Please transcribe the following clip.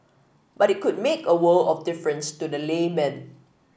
but it could make a world of difference to the layman